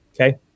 Okay